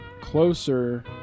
closer